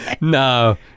No